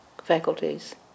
faculties